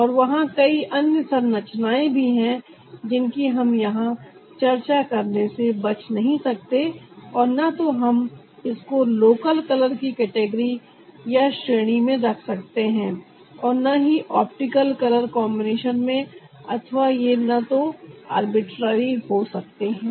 और वहां कई अन्य संरचनाएं भी है जिनकी हम यहां चर्चा करने से बच नहीं सकते और न तो हम इसको लोकल कलर की कैटेगरी या श्रेणी में रख सकते है और न ही ऑप्टिकल कलर कॉम्बिनेशन में अथवा ये न तो अर्बित्राराई हो सकते हैं